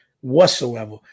whatsoever